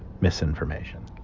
misinformation